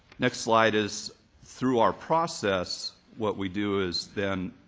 next slide is through our process, what we do is then